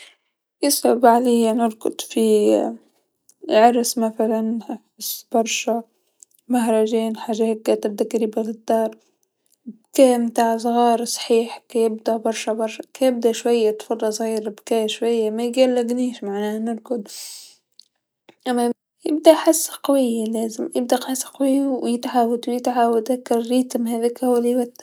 يصعب عليا نرقد في عرس مثلا حس برشا مهرجان حاجه هيكا تبدا قريبا مالدار، بكى نتع صغار صحيح كيبدا برشا برشا، كيبدا شويا طفل صغير شويا ميقلقنيش معناه نرقد، أما يبدا حس قوي لازم، يبدا حس قوي و يتعاود و يتعاود هاكا إيقاع هذاكا هو ليوتر.